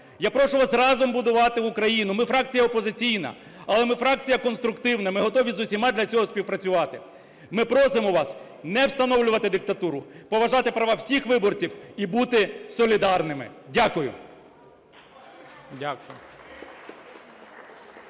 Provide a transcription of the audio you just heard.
Я прошу вас разом будувати Україну. Ми фракція опозиційна, але ми фракція конструктивна. Ми готові з усіма для цього співпрацювати. Ми просимо вас не встановлювати диктатуру, поважати права всіх виборців і бути солідарними. Дякую.